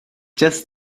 just